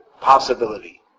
possibility